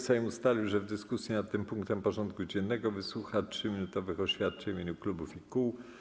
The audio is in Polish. Sejm ustalił, że w dyskusji nad tym punktem porządku dziennego wysłucha 3-minutowych oświadczeń w imieniu klubów i kół.